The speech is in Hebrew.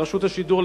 על רשות השידור,